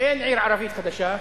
אין עיר ערבית חדשה,